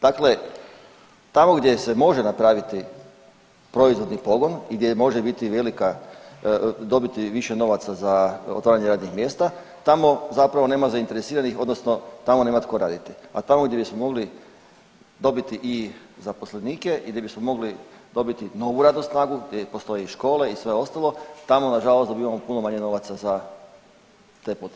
Dakle, tamo gdje se može napraviti proizvodni pogon i gdje može biti velika dobiti više novaca za otvaranje radnih mjesta, tamo zapravo nema zainteresiranih odnosno tamo nema tko raditi, a tamo gdje bismo mogli dobiti i zaposlenike i di bismo mogli dobiti novu radnu snagu gdje postoje i škole i sve ostalo, tamo nažalost dobivamo puno manje novaca za te poticaje.